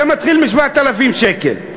זה מתחיל מ-7,000 שקל.